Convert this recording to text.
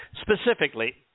Specifically